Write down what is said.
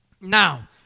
Now